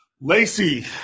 Lacey